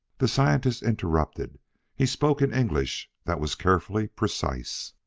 the scientist interrupted he spoke in english that was carefully precise.